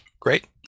Great